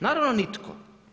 Naravno nitko.